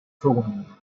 pruning